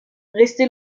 resté